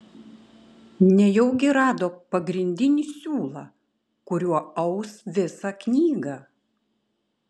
nejaugi rado pagrindinį siūlą kuriuo aus visą knygą